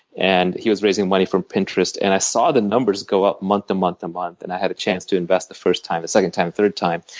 and he was raising money for pinterest and i saw the numbers go up month to month and month and i had a chance to invest the first time, second time, third time.